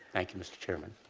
thank you, mr. chairman.